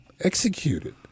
executed